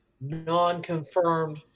non-confirmed